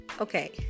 Okay